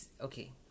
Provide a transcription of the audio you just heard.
Okay